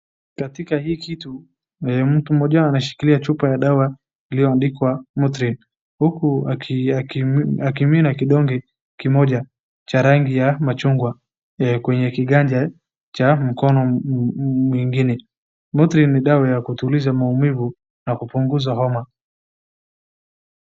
Katika hii kitu, mtu mmoja anashikilia chupa ya dawa ilioadikwa Motrine , ukuuh akimina kidonge kimoja cha rangi ya machungwa kwenye kigaja cha mkono mwingine. Mtu ni dawa ya kutuliza mauivu na kupunguza oma.